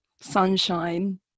sunshine